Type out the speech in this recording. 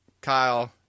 Kyle